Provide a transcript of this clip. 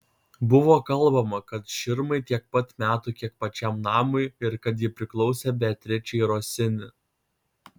buvo kalbama kad širmai tiek pat metų kiek pačiam namui ir kad ji priklausė beatričei rosini